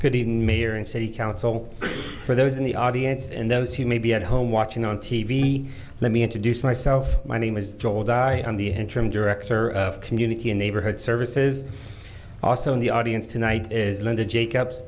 good evening mayor and city council for those in the audience and those who may be at home watching on t v let me introduce myself my name is droll di on the interim director of community and neighborhood services also in the audience tonight is linda jacobs